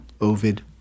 Ovid